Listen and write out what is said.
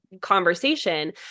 conversation